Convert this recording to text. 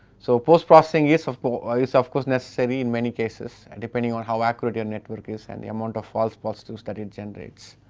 so, postprocessing is of but ah is of course necessary in many cases and depending on how accurate your network is and the amount of false positives that it generates,